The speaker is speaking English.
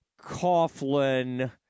Coughlin